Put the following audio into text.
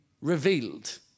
revealed